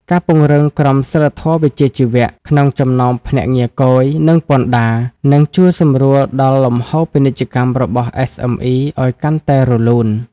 ការពង្រឹង "ក្រមសីលធម៌វិជ្ជាជីវៈ" ក្នុងចំណោមភ្នាក់ងារគយ និងពន្ធដារ នឹងជួយសម្រួលដល់លំហូរពាណិជ្ជកម្មរបស់ SME ឱ្យកាន់តែរលូន។